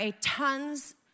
tons